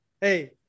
hey